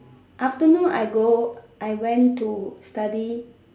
afternoon I go I went to study